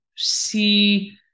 see